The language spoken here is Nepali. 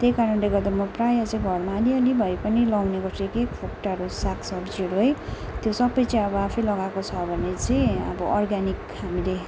त्यही कारणले गर्दा म प्रायः चाहिँ घरमा अलिअलि भए पनि लाउने गर्छु एक एक फोक्टाहरू साग सब्जीहरू है त्यो सबै चाहिँ अब आफै लगाएको छ भने चाहिँ अब अर्ग्यानिक हामीले